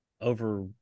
over